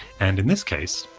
and in this case,